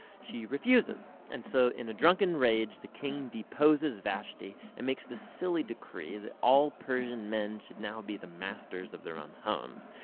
she refuses and so in a drunken rage the king deposes vashti and makes the silly decree that all persian men should now be the masters of their own homes.